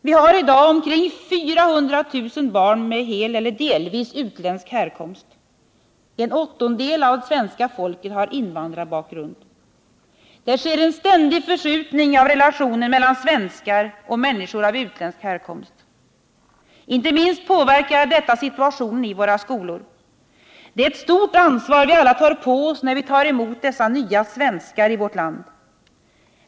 Vi har i dag omkring 400 000 barn som helt eller delvis är av utländsk härkomst. En åttondel av svenska folket har invandrarbakgrund. Det sker en ständig förskjutning av relationer mellan svenskar och människor av utländsk härkomst. Inte minst påverkar detta situationen i våra skolor. Det är därför ett stort ansvar vi alla tar på oss när vi tar emot dessa nya svenskar i vårt land.